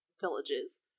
villages